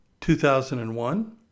2001